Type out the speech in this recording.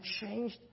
changed